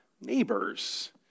neighbors